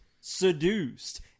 Seduced